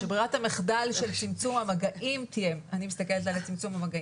שברירת המחדל של צמצום המגעים תהיה למידה מקוונת,